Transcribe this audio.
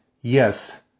yes